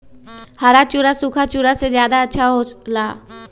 हरा चारा सूखा चारा से का ज्यादा अच्छा हो ला?